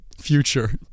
Future